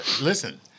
listen